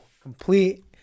complete